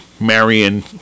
Marion